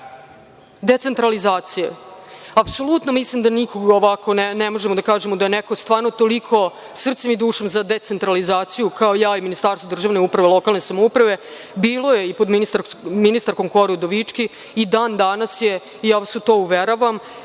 decentralizacije, apsolutno mislim da ne možemo da kažemo da je neko stvarno toliko, srcem i dušom, za decentralizaciju kao ja i Ministarstvo državne uprave i lokalne samouprave. Bilo je i pod ministarkom Kori Udovički i dan danas je. Ja vas u to uveravam.